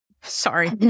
Sorry